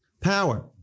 power